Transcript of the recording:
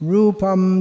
Rupam